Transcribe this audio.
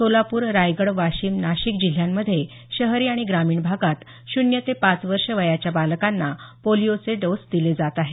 सोलापूर रायगड वाशिम नाशिक जिल्ह्यांमध्ये शहरी आणि ग्रामीण भागात शून्य ते पाच वर्षे वयाच्या बालकांना पोलिओचे डोस दिले जात आहेत